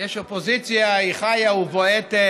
יש אופוזיציה, היא חיה ובועטת.